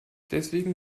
deswegen